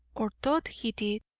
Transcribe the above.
or thought he did,